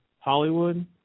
Hollywood